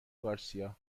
گارسیا